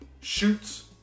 shoots